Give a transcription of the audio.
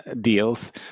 deals